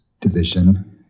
division